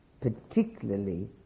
particularly